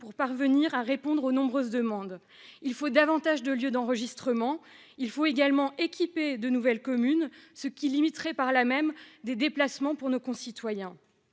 pour parvenir à répondre aux nombreuses demandes. Il faut davantage de lieux d'enregistrement. Il faut également équiper de nouvelles communes, ce qui limiterait les déplacements de nos concitoyens.